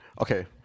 Okay